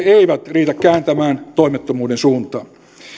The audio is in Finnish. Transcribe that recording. eivät riitä kääntämään toimettomuuden suuntaa